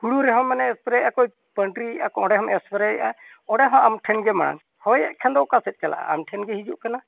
ᱦᱳᱲᱚ ᱨᱮᱦᱚᱸ ᱢᱟᱱᱮ ᱥᱯᱨᱮᱭᱟᱜᱼᱟ ᱠᱚ ᱯᱟᱱᱴᱤᱭᱮᱜᱼᱟ ᱠᱚ ᱚᱸᱰᱮ ᱦᱚᱢ ᱥᱯᱨᱮᱭᱮᱜᱼᱟ ᱚᱸᱰᱮ ᱦᱚᱸ ᱟᱢ ᱴᱷᱮᱱ ᱜᱮ ᱢᱟᱲᱟᱝ ᱦᱚᱭᱮᱫ ᱠᱷᱟᱱ ᱫᱚ ᱚᱠᱟ ᱥᱮᱜ ᱪᱟᱞᱟᱜᱼᱟ ᱟᱢ ᱴᱷᱮᱱ ᱜᱮ ᱦᱤᱡᱩᱜ ᱠᱟᱱᱟ